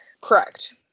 Correct